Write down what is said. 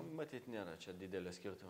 matyt nėra čia didelio skirtumo